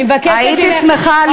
אני מבקשת ממך,